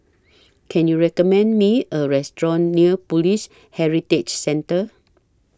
Can YOU recommend Me A Restaurant near Police Heritage Centre